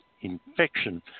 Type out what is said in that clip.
infection